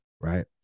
right